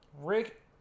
Rick